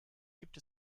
gibt